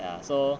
ya so